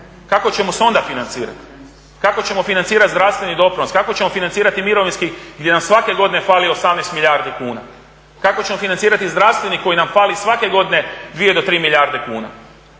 kako ćemo se onda financirati. Kako ćemo financirati zdravstveni doprinos, kako ćemo financirati mirovinski gdje nam svake godine fali 18 milijardi kuna? Kako ćemo financirati zdravstveni koji nam fali svake godine 2 do 3 milijarde kuna?